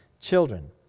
children